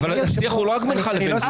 השיח הוא לא רק בינך לבין גור.